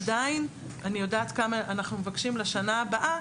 עדיין אני יודעת כמה אנחנו מבקשים לשנה הבאה,